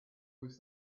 was